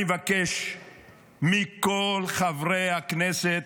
אני מבקש מכל חברי הכנסת,